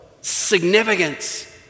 significance